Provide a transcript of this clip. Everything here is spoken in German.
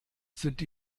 sind